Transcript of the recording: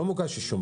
לא מוגש אישום.